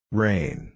rain